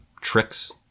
tricks